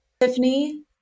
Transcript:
Tiffany